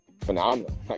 phenomenal